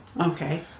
Okay